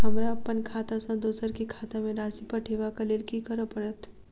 हमरा अप्पन खाता सँ दोसर केँ खाता मे राशि पठेवाक लेल की करऽ पड़त?